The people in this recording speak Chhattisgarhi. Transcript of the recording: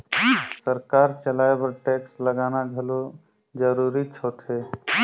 सरकार चलाए बर टेक्स लगाना घलो जरूरीच होथे